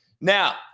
Now